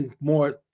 more